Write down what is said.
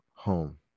home